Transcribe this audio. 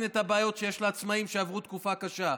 את הבעיות שיש לעצמאים שעברו תקופה קשה.